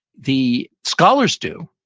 the scholars do,